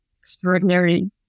extraordinary